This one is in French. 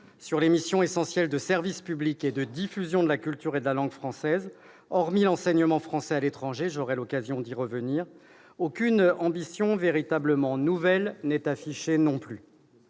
sur les missions essentielles de service public et de diffusion de la culture, et de la langue françaises- hormis l'enseignement français à l'étranger, j'aurai l'occasion d'y revenir -, aucune ambition véritablement nouvelle n'est affichée non plus.